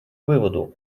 выводу